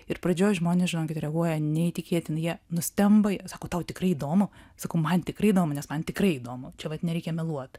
ir pradžioj žmonės žinokite reaguoja neįtikėtinai jie nustemba sako tau tikrai įdomu sakau man tikrai įdomu nes man tikrai įdomu čia vat nereikia meluot